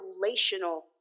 relational